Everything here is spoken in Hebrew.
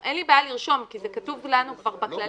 אין לי בעיה לרשום, כי זה כתוב לנו כבר בכללים.